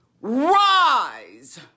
rise